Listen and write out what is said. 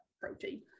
protein